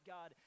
God